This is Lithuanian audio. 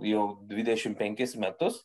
jau dvidešim penkis metus